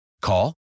Call